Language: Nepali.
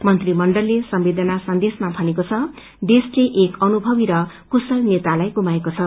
मन्त्रीमण्डलले संवदेना सन्देशमा भनेको छ देशले एक अनुभवी र कुशल नेतालाई गुमाएको छ